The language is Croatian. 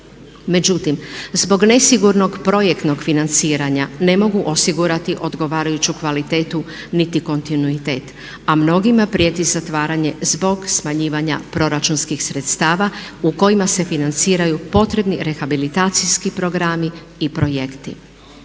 Međutim, zbog nesigurnog projektnog financiranja ne mogu osigurati odgovarajuću kvalitetu niti kontinuitet, a mnogima prijeti zatvaranje zbog smanjivanja proračunskih sredstava u kojima se financiraju potrebni rehabilitacijski programi i projekti.